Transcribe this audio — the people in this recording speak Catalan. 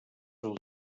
del